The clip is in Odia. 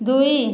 ଦୁଇ